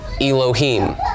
Elohim